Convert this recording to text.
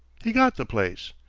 he got the place.